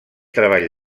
treball